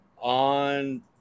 on